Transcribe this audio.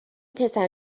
پسر